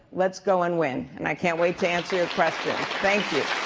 let's go and win. and i can't wait to answer your questions. thank you.